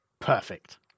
Perfect